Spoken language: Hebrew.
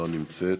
לא נמצא,